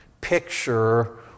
picture